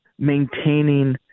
Maintaining